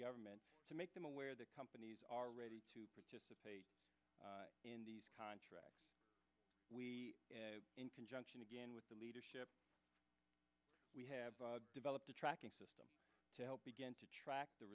government to make them aware that companies are ready to participate in these contracts in conjunction again with the leadership we have developed a tracking system to help begin to track the